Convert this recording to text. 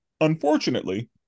unfortunately